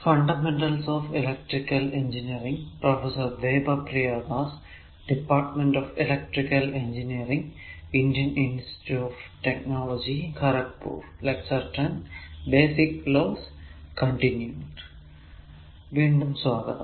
വീണ്ടും സ്വാഗതം